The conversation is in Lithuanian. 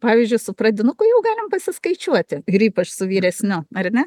pavyzdžiui su pradinuku jau galim pasiskaičiuoti ir ypač su vyresniu ar ne